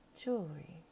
jewelry